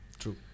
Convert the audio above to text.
true